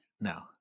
no